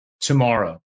tomorrow